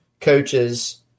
coaches